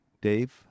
Dave